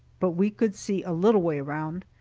but we could see a little way around.